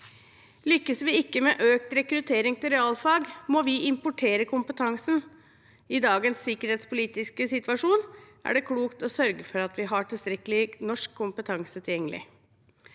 Lykkes vi ikke med økt rekruttering til realfag, må vi importere kompetansen. I dagens sikkerhetspolitiske situasjon er det klokt å sørge for at vi har tilstrekkelig norsk kompetanse tilgjengelig.